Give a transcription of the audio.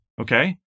Okay